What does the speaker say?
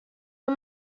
amb